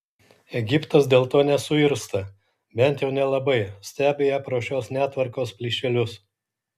egiptas dėl to nesuirzta bent jau nelabai stebi ją pro šios netvarkos plyšelius